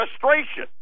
frustration